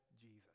jesus